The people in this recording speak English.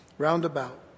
Roundabout